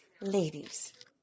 Ladies